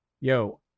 Yo